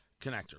connector